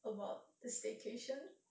about the staycation